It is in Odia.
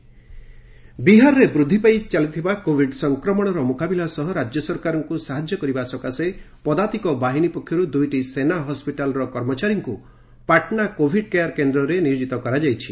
ବିହାର ଆର୍ମି ହସ୍ପିଟାଲ ବିହାରରେ ବୃଦ୍ଧି ପାଇ ଚାଲିଥିବା କୋଭିଡ ସଂକ୍ରମଣର ମୁକାବିଲା ସହ ରାଜ୍ୟ ସରକାରଙ୍କୁ ସାହାଯ୍ୟ କରିବା ସକାଶେ ପଦାତିକ ବାହିନୀ ପକ୍ଷରୁ ଦୁଇଟି ସେନା ହସ୍କିଟାଲର କର୍ମଚାରୀଙ୍କୁ ପାଟନା କୋଭିଡ କେୟାର କେନ୍ଦ୍ରରେ ନିୟୋଜିତ କରାଯାଇଛି